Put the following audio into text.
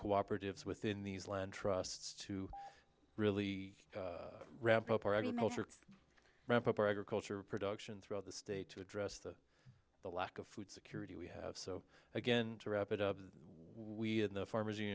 cooperatives within these land trusts to really ramp up our agriculture to ramp up our agricultural production throughout the state to address that the lack of food security we have so again to wrap it up one in the pharmacy